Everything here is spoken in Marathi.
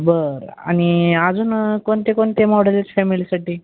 बरं आणि अजून कोणते कोणते मॉडल आहेत फॅमिलीसाठी